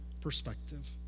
perspective